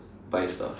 buy stuff